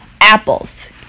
Apples